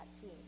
team